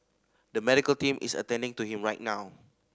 the medical team is attending to him right now